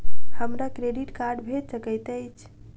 हमरा credit card भेट सकैत अछि?